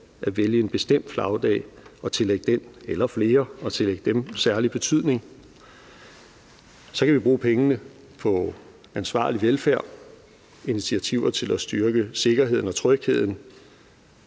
at vælge en bestemt flagdag og tillægge den – eller flere – særlig betydning. Så kan vi bruge pengene på ansvarlig velfærd, på initiativer til at styrke sikkerheden og trygheden